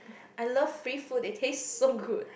I love free food it taste so good